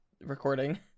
recording